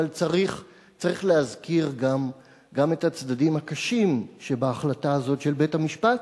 אבל צריך להזכיר גם את הצדדים הקשים שבהחלטה הזאת של בית-המשפט,